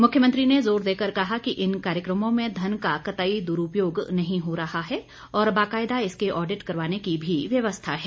मुख्यमंत्री ने जोर देकर कहा कि इन कार्यक्रमों में धन का कतई दुरूपयोग नहीं हो रहा है और बाकायदा इसके आडिट करवाने की भी व्यवस्था है